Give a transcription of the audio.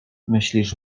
myślisz